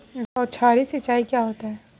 बौछारी सिंचाई क्या होती है?